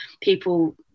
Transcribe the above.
people